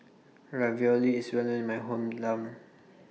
Ravioli IS Well known in My Home down